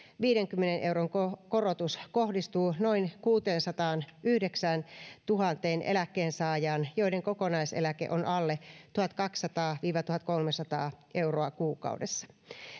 viidenkymmenen euron korotus kohdistuu noin kuuteensataanyhdeksääntuhanteen eläkkeensaajaan joiden kokonaiseläke on alle tuhatkaksisataa viiva tuhatkolmesataa euroa kuukaudessa